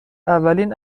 اولین